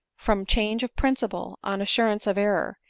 from change of principle, on assurance of error,